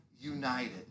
united